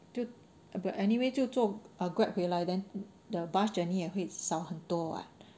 对 oh but anyway 就坐 grab 回来 then the bus journey 也会少很多 [what]